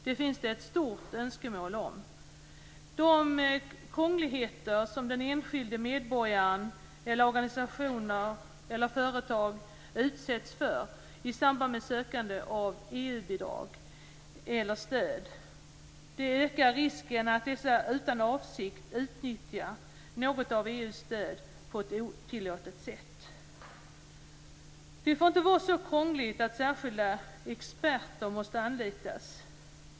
Detta finns det ett brett önskemål om. De krångligheter som enskilda medborgare, organisationer eller företag utsätts för i samband med sökande av EU-bidrag eller stöd ökar risken att dessa utan avsikt utnyttjar något av EU:s stöd på ett otillåtet sätt. Det får inte vara så krångligt att särskilda experter måste anlitas.